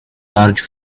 large